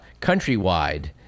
Countrywide